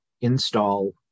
install